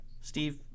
Steve